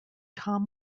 tom